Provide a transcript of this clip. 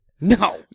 No